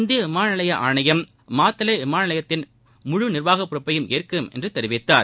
இந்திய விமான நிலைய ஆணையம் மாத்தலே விமான நியைத்தின் முழு நிர்வாக பொறுப்பையும் ஏற்கும் என்று தெரிவித்தார்